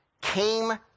came